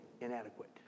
inadequate